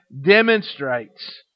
demonstrates